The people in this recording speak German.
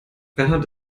bernd